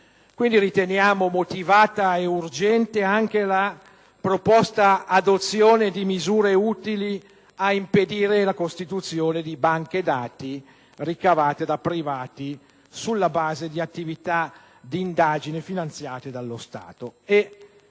Quindi, riteniamo motivata e urgente anche la proposta adozione di misure utili a impedire la costituzione di banche dati ricavate da privati sulla base di attività di indagine finanziate dallo Stato.